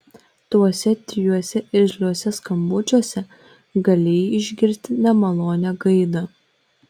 tuose trijuose irzliuose skambučiuose galėjai išgirsti nemalonią gaidą